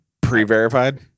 pre-verified